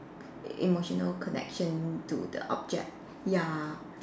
emotional connection to the object ya